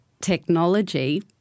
technology